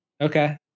okay